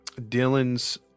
Dylan's